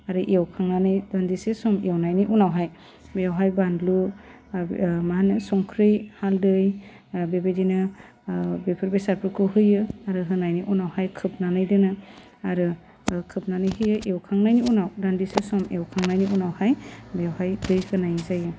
आरो एवखांनानै दानदिसे सम एवनायनि उनावहाय बेवहाय बानलु मा होनो संख्रि हालदै बेबादिनो बेफोर बेसादफोरखौ होयो आरो होनायनि उनावहाय खोबनानै दोनो आरो खोबनानै होयो एवखांनायनि उनाव दानदिसे सम एवखांनायनि उनावहाय बेवहाय दै होनाय जायो